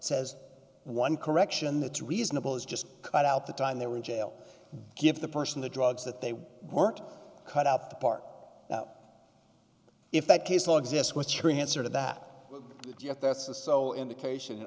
says one correction that's reasonable is just cut out the time they were in jail give the person the drugs that they weren't cut out the part up if that case law exists what's your answer to that yet that's the sole indication